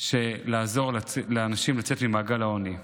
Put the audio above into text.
לעזור לאנשים לצאת ממעגל העוני.